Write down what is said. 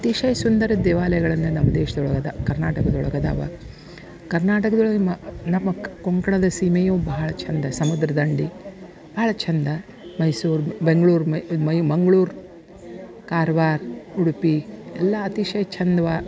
ಅತಿಶಯ ಸುಂದರ ದೇವಾಲಯಗಳನ್ನು ನಮ್ಮ ದೇಶದೊಳಗೆ ಅದ ಕರ್ನಾಟಕದೊಳಗೆ ಅದಾವ ಕರ್ನಾಟಕದೊಳಗೆ ನಮ್ಮ ಕೊಂಕಣದ ಸೀಮೆಯು ಭಾಳ ಚಂದ ಸಮುದ್ರ ದಂಡೆ ಭಾಳ ಚಂದ ಮೈಸೂರು ಬೆಂಗ್ಳೂರು ಮಂಗ್ಳೂರು ಕಾರ್ವಾರ ಉಡುಪಿ ಎಲ್ಲ ಅತಿಶಯ ಚಂದವ